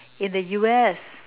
in the U_S